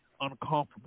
uncomfortable